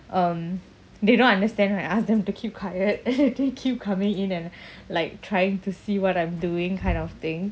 um they don't understand right I was going to keep quiet and then they keep coming in and like trying to see what I'm doing kind of thing